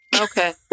okay